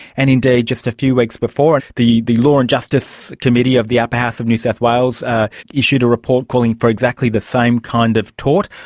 and indeed just a few weeks before the the law and justice committee of the upper house of new south wales issued a report calling for exactly the same kind of tort.